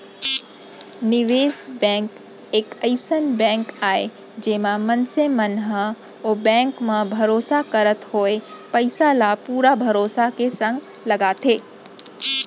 निवेस बेंक एक अइसन बेंक आय जेमा मनसे मन ह ओ बेंक म भरोसा करत होय पइसा ल पुरा भरोसा के संग लगाथे